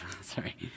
sorry